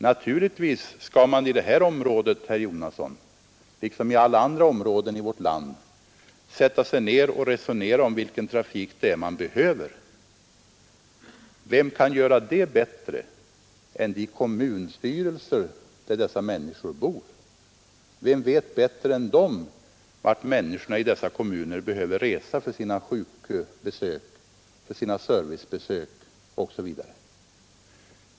Naturligtvis skall man i det här området liksom i alla andra områden i vårt land sätta sig ned och resonera om vilken trafik som där behövs. Vem kan göra det bättre än kommunstyrelserna i dessa trakter, vem vet bättre än de vart människorna i de olika kommunerna behöver resa för sina sjukbesök, servicebesök osv.?